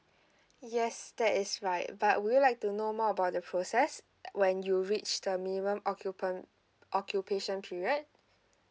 yes that is right but would you like to know more about the process when you reach the minimum occupant occupation period